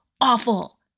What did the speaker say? awful